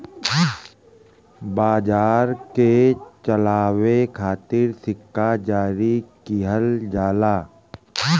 बाजार के चलावे खातिर सिक्का जारी किहल जाला